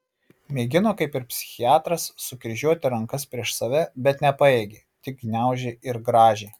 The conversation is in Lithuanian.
mėgino kaip ir psichiatras sukryžiuoti rankas prieš save bet nepajėgė tik gniaužė ir grąžė